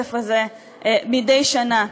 בכסף הזה מדי שנה,